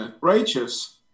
righteous